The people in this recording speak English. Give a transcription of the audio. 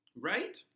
right